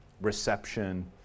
reception